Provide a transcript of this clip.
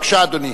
בבקשה, אדוני.